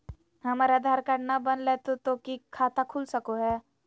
हमर आधार कार्ड न बनलै तो तो की खाता खुल सको है?